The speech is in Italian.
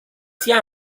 sia